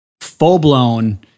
full-blown